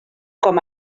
com